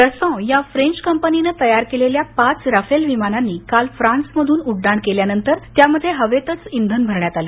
Dassault या French कंपनीनं तयार केलेल्या पाच राफेल विमानांनी काल फ्रान्समधून उड्डाण केल्यानंतर त्यामध्ये हवेतच इंधन भरण्यात आलं